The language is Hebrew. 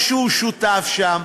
או שהוא שותף שם.